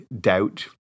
doubt